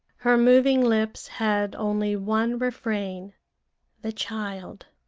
her moving lips had only one refrain the child,